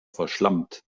verschlampt